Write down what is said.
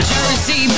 Jersey